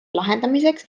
lahendamiseks